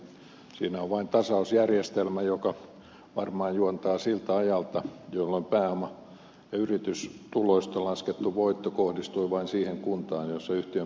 siinä on vain tasausjärjestelmä joka varmaan juontaa siltä ajalta jolloin pääoma ja yritystuloista laskettu voitto kohdistui vain siihen kuntaan jossa yhtiön pääkonttori on